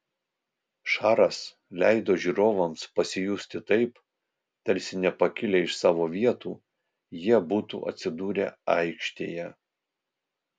šaras leido žiūrovams pasijusti taip tarsi nepakilę iš savo vietų jie būtų atsidūrę aikštėje